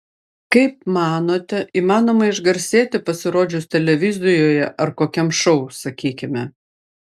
kaip manote įmanoma išgarsėti pasirodžius televizijoje ar kokiam šou sakykime